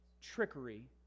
trickery